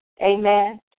Amen